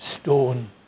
stone